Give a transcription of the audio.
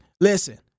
Listen